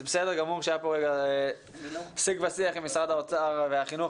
זה בסדר גמור שהיה כאן סיג ושיח עם משרד האוצר והחינוך,